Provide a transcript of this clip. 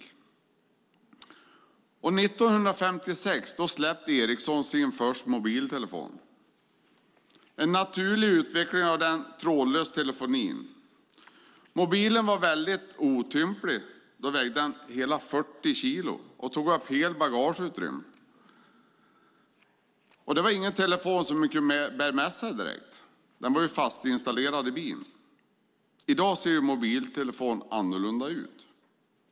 År 1956 släppte Ericsson sin första mobiltelefon, en naturlig utveckling av den trådlösa telefonin. Mobilen var väldigt otymplig då den vägde hela 40 kilo och tog upp hela bagageutrymmet. Det var ingen telefon som man direkt kunde bära med sig. Den var fastinstallerad i bilen. I dag ser mobiltelefonen annorlunda ut.